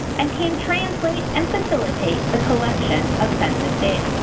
and can translate and facilitate the collection of census data.